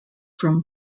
from